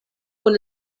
kun